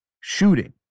shooting